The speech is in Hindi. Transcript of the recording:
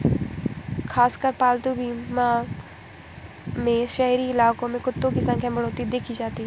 खासकर पालतू बीमा में शहरी इलाकों में कुत्तों की संख्या में बढ़ोत्तरी देखी जाती है